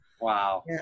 Wow